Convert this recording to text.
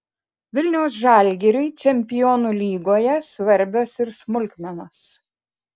vilniaus žalgiriui čempionų lygoje svarbios ir smulkmenos